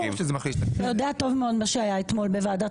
אתה יודע טוב מאוד מה היה אתמול בוועדת